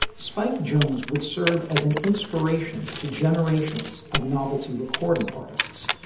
spike jones would serve as an inspiration to generations of novelty recording artists,